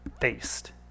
faced